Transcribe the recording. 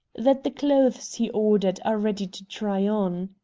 that the clothes he ordered are ready to try on.